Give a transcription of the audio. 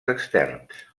externs